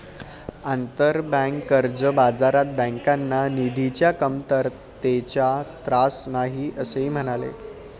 आंतरबँक कर्ज बाजारात बँकांना निधीच्या कमतरतेचा त्रास होत नाही, असेही ते म्हणाले